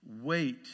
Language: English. Wait